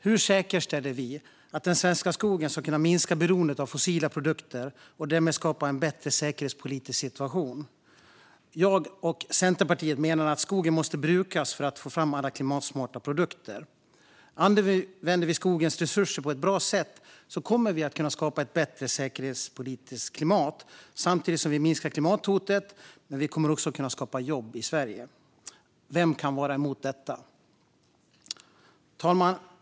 Hur säkerställer vi att den svenska skogen kan minska beroendet av fossila produkter och därmed skapa en bättre säkerhetspolitisk situation? Jag och Centerpartiet menar att skogen måste brukas för att vi ska få fram alla klimatsmarta produkter. Använder vi skogens resurser på ett bra sätt kommer vi att kunna skapa ett bättre säkerhetspolitiskt klimat samtidigt som vi minskar klimathotet, men vi kommer också att kunna skapa jobb i Sverige. Vem kan vara emot detta? Fru talman!